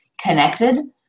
connected